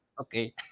okay